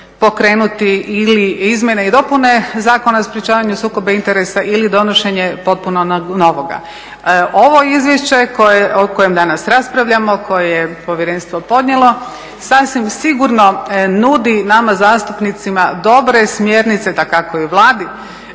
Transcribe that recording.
pokrenuti ili izmjene i dopune Zakona o sprečavanju sukoba interesa ili donošenje potpuno novoga. Ovo izvješće o kojem danas raspravljamo, koje je povjerenstvo podnijelo sasvim sigurno nudi nama zastupnicima dobre smjernice, dakako i Vladi,